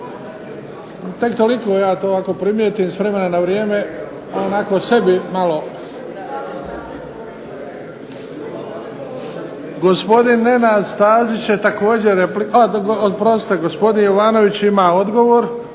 Tek toliko, ja to ovako primijetim s vremena na vrijeme, a onako sebi malo. Gospodin Nenad Stazić će također. Oprostite, gosopdin Jovanović ima odgovor.